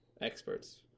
experts